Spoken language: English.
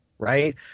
Right